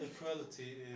equality